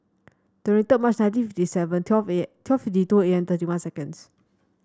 twenty third March nineteen fifty seven twelve A M twelve fifty two A M thirty one seconds